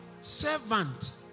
Servant